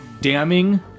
damning